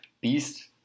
Beast